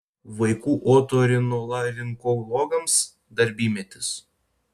vaikų otorinolaringologams darbymetis